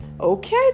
Okay